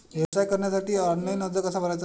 व्यवसाय कर्जासाठी ऑनलाइन अर्ज कसा भरायचा?